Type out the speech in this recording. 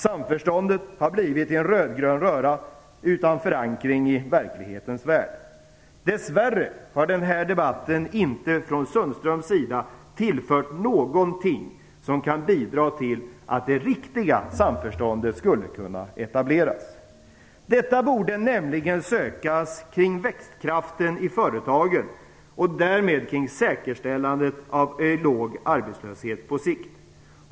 Samförståndet har blivit en rödgrön röra utan förankring i verkligheten. Dess värre har den här debatten från Anders Sundströms sida inte tillfört någonting som kan bidra till att det riktiga samförståndet skulle kunna etableras. Detta borde nämligen sökas kring växtkraften i företagen och därmed kring säkerställandet av en låg arbetslöshet på sikt.